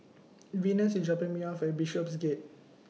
Venus IS dropping Me off At Bishopsgate